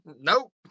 nope